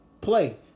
play